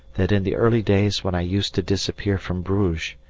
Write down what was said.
that in the early days when i used to disappear from bruges,